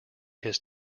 his